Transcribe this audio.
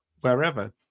Wherever